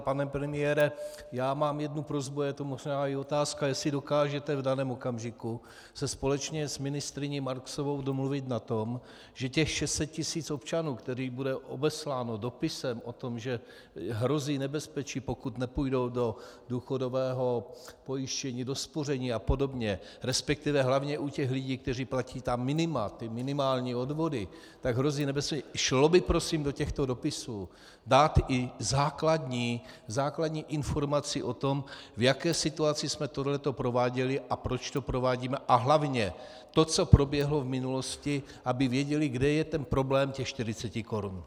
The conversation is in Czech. Ale pane premiére, já mám jednu prosbu a je to možná i otázka, jestli dokážete v daném okamžiku se společně s ministryní Marksovou domluvit na tom, že těch 600 tisíc občanů, kteří budou obesláni dopisem o tom, že hrozí nebezpečí, pokud nepůjdou do důchodového pojištění, do spoření apod., respektive hlavně u těch lidí, kteří platí ta minima, ty minimální odvody, tak hrozí nebezpečí šlo by prosím do těchto dopisů dát i základní informaci o tom, v jaké situaci jsme toto prováděli a proč to provádíme, a hlavně to, co proběhlo v minulosti, aby věděli, kde je ten problém těch 40 korun?